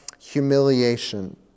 Humiliation